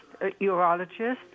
urologist